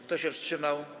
Kto się wstrzymał?